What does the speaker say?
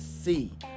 see